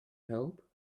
help